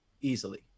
easily